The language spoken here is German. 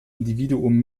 individuum